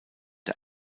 der